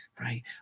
right